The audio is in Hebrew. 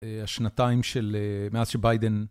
א...השנתיים של א... מאז שביידן...